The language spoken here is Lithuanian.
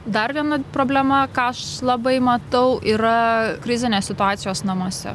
dar viena problema ką aš labai matau yra krizinės situacijos namuose